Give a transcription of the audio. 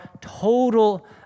total